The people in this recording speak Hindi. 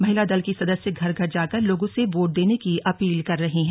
महिला दल की सदस्य घर घर जाकर लोगों से वोट देने की अपील कर रही हैं